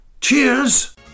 Cheers